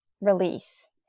release